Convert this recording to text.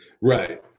Right